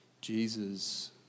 Jesus